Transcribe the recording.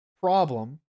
problem